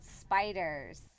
spiders